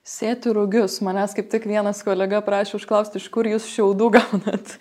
sėti rugius manęs kaip tik vienas kolega prašė užklausti iš kur jūs šiaudų gaunat